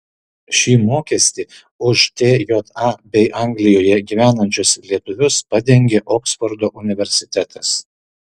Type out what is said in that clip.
šį mokestį už tja bei anglijoje gyvenančius lietuvius padengė oksfordo universitetas